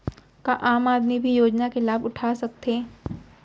का आम आदमी भी योजना के लाभ उठा सकथे?